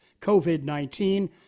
COVID-19